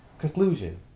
conclusion